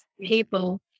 people